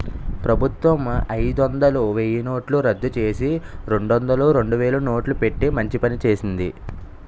ప్రభుత్వం అయిదొందలు, వెయ్యినోట్లు రద్దుచేసి, రెండొందలు, రెండువేలు నోట్లు పెట్టి మంచి పని చేసింది